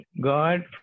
God